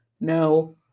no